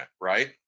right